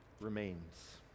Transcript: remains